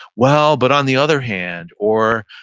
well, but on the other hand. or,